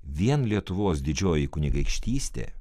vien lietuvos didžioji kunigaikštystė